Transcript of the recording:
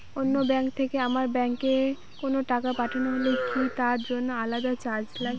অন্য ব্যাংক থেকে আমার ব্যাংকে কোনো টাকা পাঠানো হলে কি তার জন্য আলাদা চার্জ লাগে?